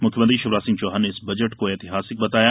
मुख्यमंत्री शिवराज सिंह चौहान ने इस बजट को ऐतिहासिक बताया